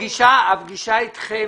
הפגישה אתכם